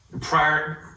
prior